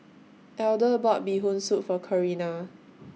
Elder bought Bee Hoon Soup For Carina